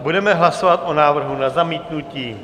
Budeme hlasovat o návrhu na zamítnutí.